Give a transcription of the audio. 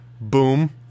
Boom